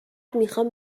میخام